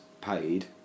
paid